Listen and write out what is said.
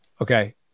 Okay